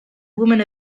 woman